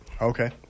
Okay